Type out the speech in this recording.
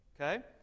Okay